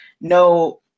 no